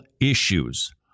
issues